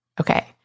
okay